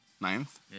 Ninth